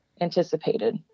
anticipated